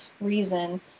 reason